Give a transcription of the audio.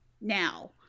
now